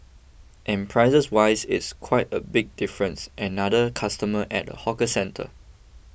and prices wise it's quite a big difference another customer at a hawker centre